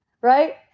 right